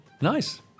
Nice